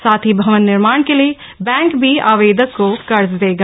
साथ ही भवन निर्माण के लिए बैंक भी आवेदक को कर्ज देगा